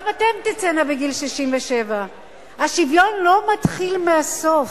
גם אתן תצאנה בגיל 67. השוויון לא מתחיל מהסוף.